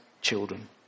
children